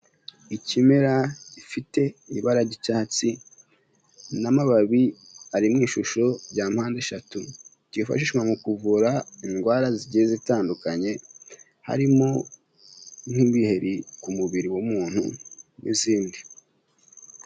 Ikimera gifite ibara ry'icyatsi n'amababi ari mu ishusho rya mpande eshatu byifashishwa mu kuvura indwara zigenda zitandukanye harimo nk'ibiheri ku mubiri w'umuntu n'izindi.